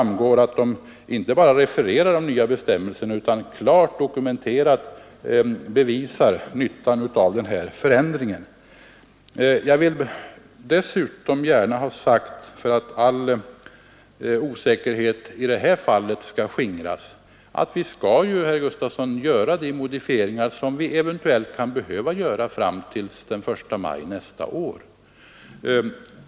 I broschyren inte bara refereras den nya bestämmelsen, utan där dokumenteras klart nyttan av förändringen. Jag vill dessutom gärna ha sagt, för att all osäkerhet i det här fallet skall skingras, att vi skall ju, herr Gustafson, göra de modifieringar som vi eventuellt kan behöva göra fram till den 1 maj nästa år.